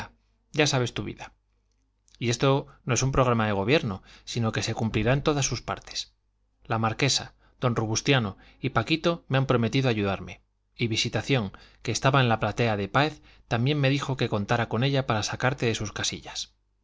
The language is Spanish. ya sabes tu vida y esto no es un programa de gobierno sino que se cumplirá en todas sus partes la marquesa don robustiano y paquito me han prometido ayudarme y visitación que estaba en la platea de páez también me dijo que contara con ella para sacarte de tus casillas